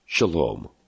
Shalom